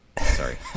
Sorry